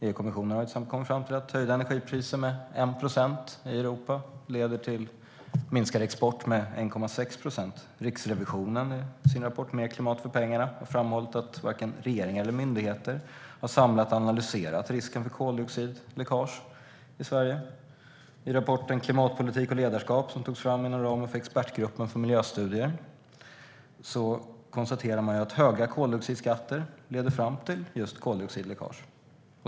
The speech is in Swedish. EU-kommissionen har kommit fram till att höjda energipriser med 1 procent i Europa leder till minskad export med 1,6 procent. Riksrevisionen har i sin rapport Mer klimat för pengarna framhållit att varken regering eller myndigheter har samlat analyserat risken för koldioxidläckage i Sverige. I rapporten Klimatpolitik och ledarskap , som togs fram inom ramen för expertgruppen för miljöstudier, konstaterade man att höga koldioxidskatter leder fram till just koldioxidläckage.